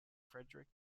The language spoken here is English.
friedrich